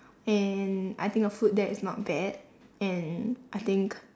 and I think the food there is not bad and I think